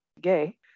gay